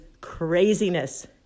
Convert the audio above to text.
craziness